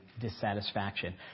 dissatisfaction